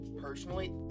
personally